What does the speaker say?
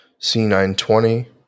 C920